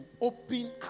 open